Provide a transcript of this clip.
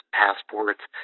passports